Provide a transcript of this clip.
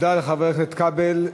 תודה לחבר הכנסת כבל.